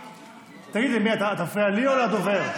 תגיד, אתה מפריע לי או לדובר?